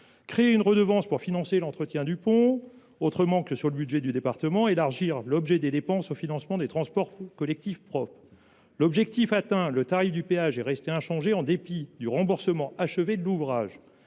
créer une redevance visant à financer l’entretien du pont autrement que sur le budget du département ; enfin, élargir l’objet des dépenses au financement des transports collectifs propres. L’objectif atteint, le tarif du péage est resté inchangé en dépit du remboursement achevé de l’ouvrage.